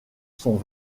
sont